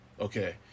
Okay